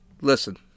Listen